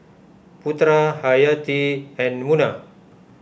Putera Hayati and Munah